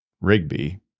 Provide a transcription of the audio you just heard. Rigby